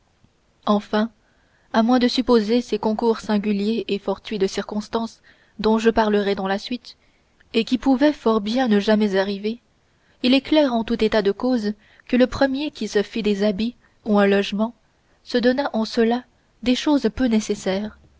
enfin à moins de supposer ces concours singuliers et fortuits de circonstances dont je parlerai dans la suite et qui pouvaient fort bien ne jamais arriver il est clair en tout état de cause que le premier qui se fit des habits ou un logement se donna en cela des choses peu nécessaires